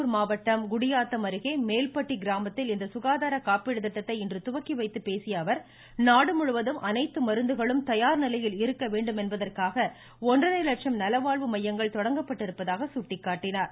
வேலூர் மாவட்டம் மாவட்டம் குடியாத்தம் அருகே மேல்பட்டி கிராமத்தில் இந்த சுகாதார காப்பீடு திட்டத்தை இன்று துவக்கி வைத்து பேசிய அவர் நாடுமுழுவதும் அனைத்து மருந்துகளும் தயார் நிலையில் இருக்க வேண்டும் என்பதற்காக ஒன்றரை லட்சம் நலவாழ்வு மையங்கள் தொடங்கப்பட்டிருப்பதாக சுட்டிக்காட்டினார்